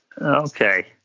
Okay